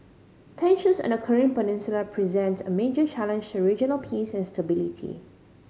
tensions on the Korean Peninsula present a major challenge to regional peace and stability